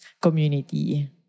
community